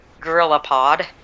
GorillaPod